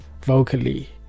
vocally